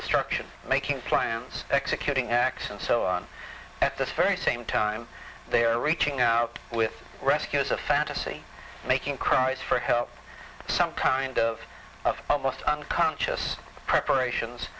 destruction making plans executing acts and so on at this very same time they are reaching out with rescuers a fantasy making cries for help sometimes of of almost unconscious preparations